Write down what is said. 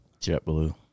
JetBlue